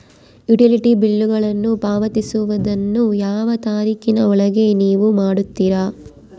Utility ಬಿಲ್ಲುಗಳನ್ನು ಪಾವತಿಸುವದನ್ನು ಯಾವ ತಾರೇಖಿನ ಒಳಗೆ ನೇವು ಮಾಡುತ್ತೇರಾ?